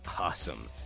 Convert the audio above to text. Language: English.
awesome